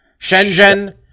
Shenzhen